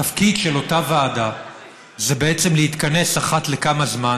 התפקיד של אותה ועדה זה להתכנס אחת לכמה זמן